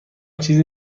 چیزی